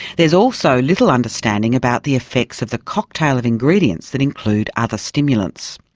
there's also little understanding about the effects of the cocktail of ingredients that include other stimulants.